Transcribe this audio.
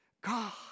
God